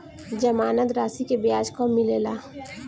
जमानद राशी के ब्याज कब मिले ला?